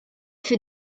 für